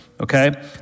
okay